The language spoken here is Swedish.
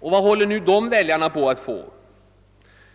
Vad håller nu dessa väljare på att få?